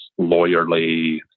lawyerly